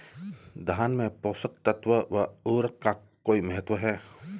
धान में पोषक तत्वों व उर्वरक का कोई महत्व है?